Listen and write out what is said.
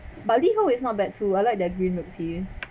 but liho is not bad too I like their green milk tea